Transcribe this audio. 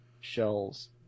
shells